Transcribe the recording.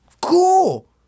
cool